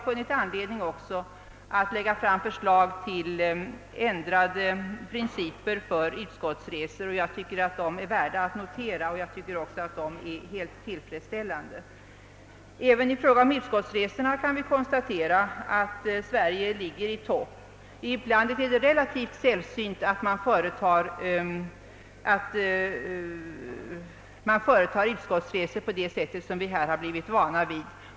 funnit anledning att lägga fram förslag till ändrade principer för utskottsresor. Jag tycker att dessa principer är värda att notera, och jag anser även att de är helt tillfredsställande. Även i fråga om utskottsresorna kan vi konstatera att Sverige ligger i topp. I utlandet är det relativt sällsynt att man företar utskottsresor på det sätt som vi här har blivit vana vid.